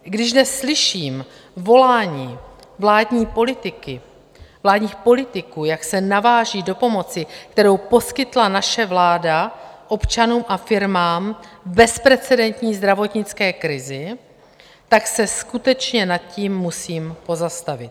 Když dnes slyším volání vládní politiky, vládních politiků, jak se navážejí do pomoci, kterou poskytla naše vláda občanům a firmám v bezprecedentní zdravotnické krizi, tak se skutečně nad tím musím pozastavit.